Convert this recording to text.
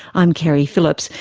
i'm keri phillips,